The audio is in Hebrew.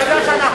אתה יודע שאנחנו